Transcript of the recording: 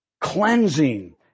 cleansing